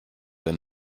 ein